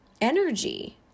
energy